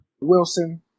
Wilson